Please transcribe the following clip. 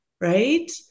Right